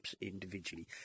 individually